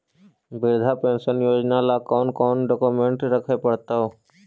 वृद्धा पेंसन योजना ल कोन कोन डाउकमेंट रखे पड़तै?